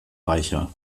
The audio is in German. reicher